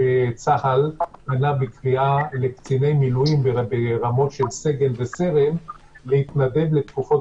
כשצה"ל פנה בקריאה לקציני מילואים ברמות של סגן וסרן להתנדב לתקופות